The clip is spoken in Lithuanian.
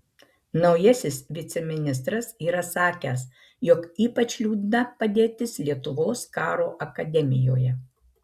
naujasis viceministras yra sakęs jog ypač liūdna padėtis lietuvos karo akademijoje